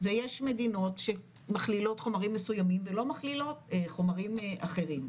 ויש מדינות שמכלילות חומרים מסוימים ולא מכלילות חומרים אחרים.